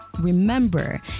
remember